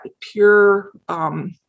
pure